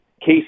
Case